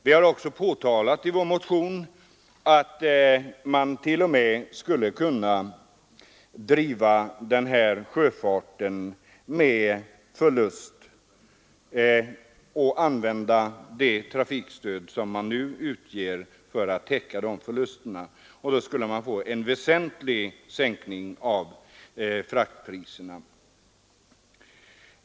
Vi har också i vår motion påpekat att man t.o.m. skulle kunna driva den här sjöfarten med förlust och använda det transportstöd som nu utges för att täcka förlusten. Därigenom skulle fraktkostnaderna kunna sänkas väsentligt.